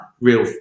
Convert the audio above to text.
real